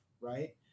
right